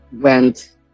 went